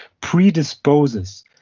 predisposes